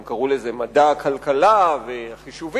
הם קראו לזה מדע הכלכלה והחישובים